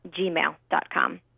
gmail.com